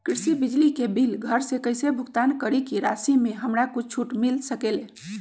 कृषि बिजली के बिल घर से कईसे भुगतान करी की राशि मे हमरा कुछ छूट मिल सकेले?